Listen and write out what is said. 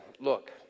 Look